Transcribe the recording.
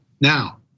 now